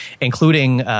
including –